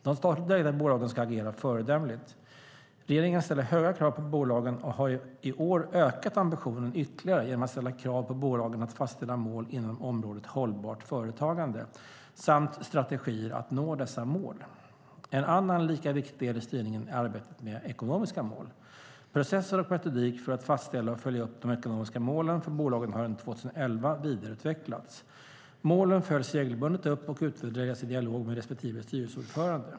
De statligt ägda bolagen ska agera föredömligt. Regeringen ställer höga krav på bolagen och har i år ökat ambitionen ytterligare genom att ställa krav på bolagen att fastställa mål inom området Hållbart företagande samt strategier för att nå dessa mål. En annan lika viktig del i styrningen är arbetet med ekonomiska mål. Processer och metodik för att fastställa och följa upp de ekonomiska målen för bolagen har under 2011 vidareutvecklats. Målen följs regelbundet upp och utvärderas i dialog med respektive styrelseordförande.